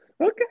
Okay